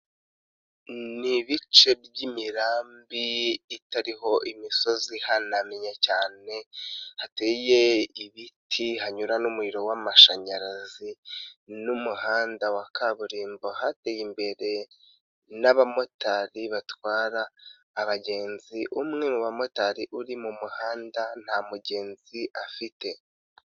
Ni ibice by'imirambi itariho imisozi ihanamye cyane, hateye ibiti hanyura n'umuriro w'amashanyarazi, n'umuhanda wa kaburimbo hateye imbere, n'abamotari batwara abagenzi, umwe mu bamotari uri mu muhanda nta mugenzi afite.